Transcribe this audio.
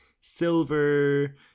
silver